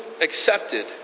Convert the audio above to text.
accepted